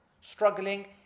Struggling